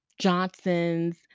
johnson's